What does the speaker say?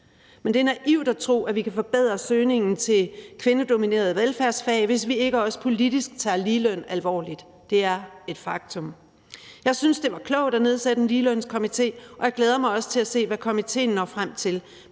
men det er naivt at tro, at vi kan forbedre søgningen til kvindedominerede velfærdsfag, hvis vi ikke også politisk tager ligeløn alvorligt. Det er et faktum. Jeg synes, det var klogt at nedsætte Lønstrukturkomiteen, og jeg glæder mig også til at se, hvad de når frem til.